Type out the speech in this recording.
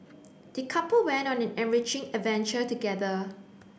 the couple went on an enriching adventure together